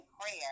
prayer